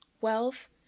wealth